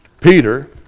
Peter